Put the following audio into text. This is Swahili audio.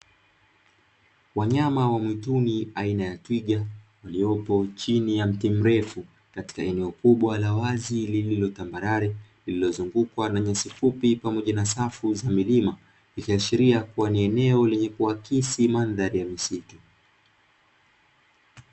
Wanyama wa mwituni aina ya twiga waliopo chini ya mti mrefu katika eneo kubwa la wazi lililo tambarale lililozungukwa na nyasi fupi pamoja na safu za milima ikiashiria kuwa ni eneo lenye kuhakisi mandhari ya msitu.